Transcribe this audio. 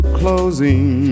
closing